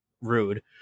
rude